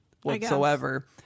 whatsoever